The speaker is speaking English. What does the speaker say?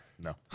No